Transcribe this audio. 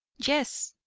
yes,